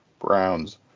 Browns